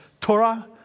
Torah